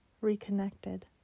reconnected